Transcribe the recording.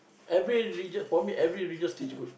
every relig~ for me every religious teach good